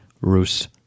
Rus